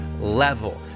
level